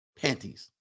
panties